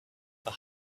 were